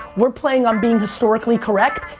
we're playing on being historically correct,